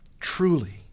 Truly